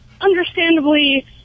understandably